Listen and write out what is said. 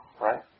right